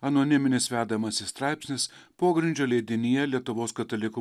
anoniminis vedamasis straipsnis pogrindžio leidinyje lietuvos katalikų